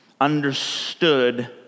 understood